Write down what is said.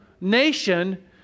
nation